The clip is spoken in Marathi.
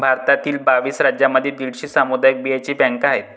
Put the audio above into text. भारतातील बावीस राज्यांमध्ये दीडशे सामुदायिक बियांचे बँका आहेत